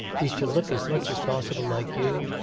he's to look as much as possible like you,